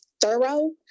thorough